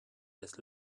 this